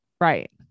Right